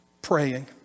Praying